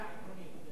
זו היתה שאלה עקרונית,